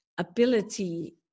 Ability